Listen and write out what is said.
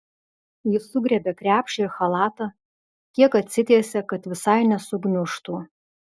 ji sugriebia krepšį ir chalatą kiek atsitiesia kad visai nesugniužtų